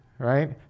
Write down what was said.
right